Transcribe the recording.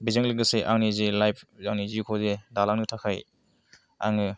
बेजों लोगोसे आंनि जे लाइभ आंनि जिउखौ जे दालांनो थाखाय आङो